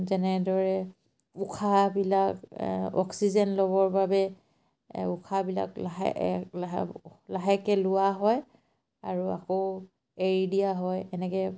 যেনেদৰে উশাহবিলাক অক্সিজেন ল'বৰ বাবে উশাহবিলাক লাহে লাহে লাহেকৈ লোৱা হয় আৰু আকৌ এৰি দিয়া হয় এনেকৈ